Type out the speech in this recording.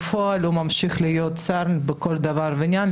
בפועל הוא ממשיך להיות שר לכל דבר ועניין,